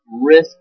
risk